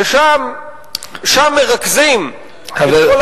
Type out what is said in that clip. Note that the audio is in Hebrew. שם מרכזים את כל הכמות הגדולה של,